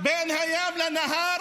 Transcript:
בין הים לנהר